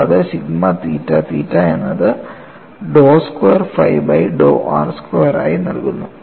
കൂടാതെ sigma theta theta എന്നതു dow square phi by dow r square ആയി നൽകുന്നു